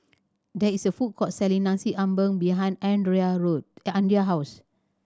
there is a food court selling Nasi Ambeng behind Road the Andrae house